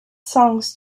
songs